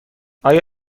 آیا